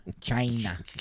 China